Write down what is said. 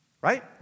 right